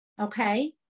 Okay